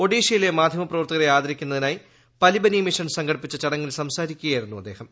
ഒഡീഷയിലെ മാധ്യമപ്രവർത്തകരെ ആദരിക്കുന്നതിനായി പലിബനി മിഷൻ സംഘടിപ്പിച്ച ചടങ്ങിൽ സംസാരിക്കുകയായിരുന്നു അദ്ദേഹം